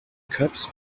cups